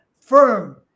firm